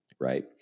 right